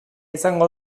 izango